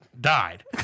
died